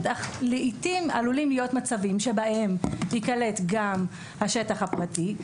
אך לעתים עלולים להיות מצבים בהם ייקלט גם השטח הפרטי.